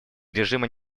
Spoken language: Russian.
режима